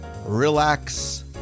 relax